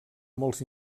molts